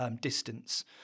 distance